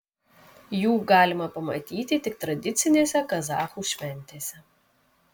jų galima pamatyti tik tradicinėse kazachų šventėse